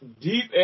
deep